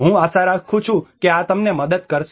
હું આશા રાખું છું કે આ તમને મદદ કરશે